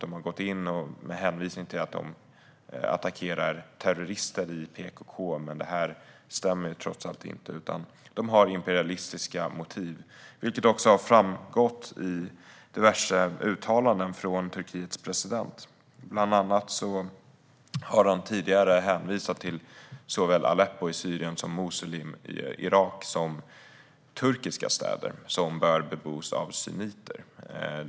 De har gått in med hänvisning till att de attackerar terrorister i PKK, men det stämmer inte; de har imperialistiska motiv. Det har framgått i diverse uttalanden av Turkiets president. Bland annat har han tidigare hänvisat till såväl Aleppo i Syrien som Mosul i Irak som turkiska städer som bör bebos av sunniter.